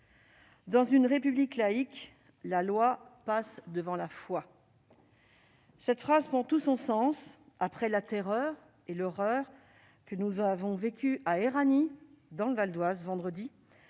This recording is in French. dans une République laïque, la loi passe devant la foi. Cette phrase prend tout son sens après la terreur et l'horreur que nous avons vécues à Éragny, dans le Val-d'Oise, vendredi